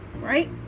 right